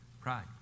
pride